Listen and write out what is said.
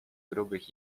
grubych